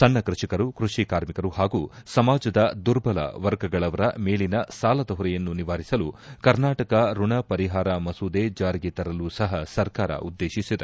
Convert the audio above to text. ಸಣ್ಣ ಕೃಷಿಕರು ಕೃಷಿ ಕಾರ್ಮಿಕರು ಹಾಗೂ ಸಮಾಜದ ದುರ್ಬಲ ವರ್ಗಗಳವರ ಮೇಲಿನ ಸಾಲದ ಹೊರೆಯನ್ನು ನಿವಾರಿಸಲು ಕರ್ನಾಟಕ ಋಣ ಪರಿಹಾರ ಮಸೂದೆ ಜಾರಿಗೆ ತರಲು ಸಹ ಸರ್ಕಾರ ಉದ್ದೇಶಿಸಿದೆ